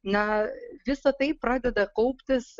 na visa tai pradeda kauptis